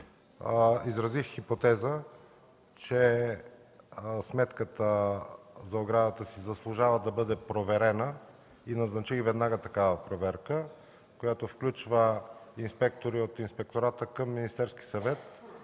Изразих хипотеза, че сметката за оградата си заслужава да бъде проверена и назначих веднага такава проверка, която включва инспектори от Инспектората към Министерския съвет